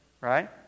Right